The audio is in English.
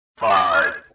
Five